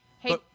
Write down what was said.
Hey